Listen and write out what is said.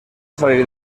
salir